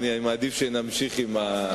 אני מעדיף שנמשיך עם השאילתות.